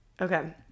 Okay